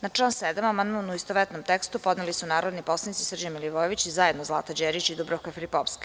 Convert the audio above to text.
Na član 7. amandman u istovetnom tekstu podneli su narodni poslanici Srđan Milivojević i zajedno Zlata Đerić i Dubravka Filipovski.